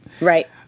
Right